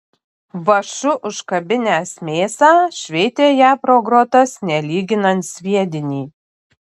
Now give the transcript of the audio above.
vąšu užkabinęs mėsą šveitė ją pro grotas nelyginant sviedinį